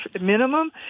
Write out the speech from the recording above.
minimum